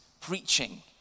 preaching